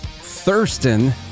Thurston